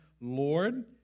Lord